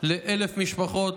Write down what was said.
ל-1,000 משפחות.